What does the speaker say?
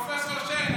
פרופ' שיין,